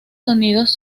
sonidos